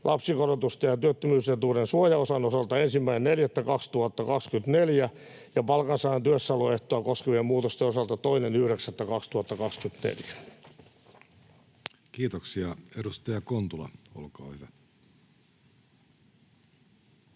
lapsikorotusten ja työttömyysetuuden suojaosan osalta 1.4.2024 ja palkansaajan työssäoloehtoa koskevien muutosten osalta 2.9.2024. [Speech 3] Speaker: Jussi Halla-aho